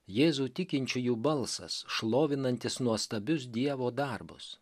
jėzų tikinčiųjų balsas šlovinantis nuostabius dievo darbus